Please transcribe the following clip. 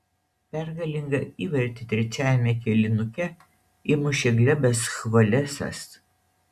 pergalingą įvartį trečiajame kėlinuke įmušė glebas chvolesas